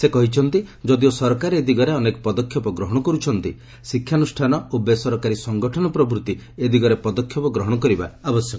ସେ କହିଛନ୍ତି ଯଦିଓ ସରକାର ଏ ଦିଗରେ ଅନେକ ପଦକ୍ଷେପ ଗ୍ରହଣ କରୁଛନ୍ତି ଶିକ୍ଷାନୁଷ୍ଠାନ ବେସରକାରୀ ସଙ୍ଗଠନ ପ୍ରଭୂତି ଏ ଦିଗରେ ପଦକ୍ଷେପ ଗ୍ରହଣ କରିବା ଆବଶ୍ୟକ